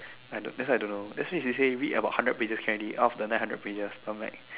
I don't that why I don't know let say you say read about hundred pages can already out of the nine hundred pages I am like